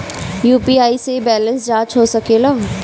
UPI से balance जाँच हो सके ला?